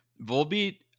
Volbeat